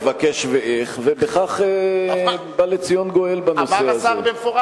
לבקש ואיך, ובכך בא לציון גואל בנושא הזה.